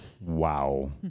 Wow